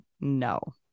no